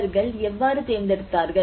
அவர்கள் எவ்வாறு தேர்ந்தெடுத்தார்கள்